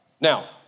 Now